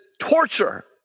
torture